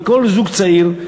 מכל זוג צעיר,